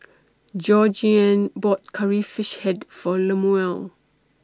Georgeann bought Curry Fish Head For Lemuel